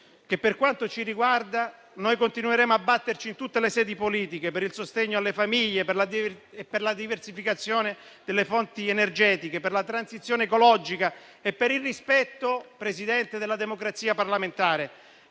per quanto ci riguarda, noi continueremo a batterci in tutte le sedi politiche per il sostegno alle famiglie, per la diversificazione delle fonti energetiche, per la transizione ecologica e per il rispetto, Presidente, della democrazia parlamentare